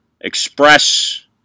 Express